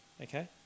Okay